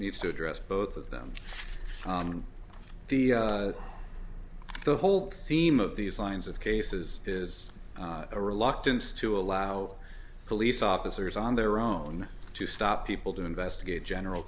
needs to address both of them the whole theme of these lines of cases is a reluctance to allow police officers on their own to stop people to investigate general